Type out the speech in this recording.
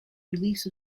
release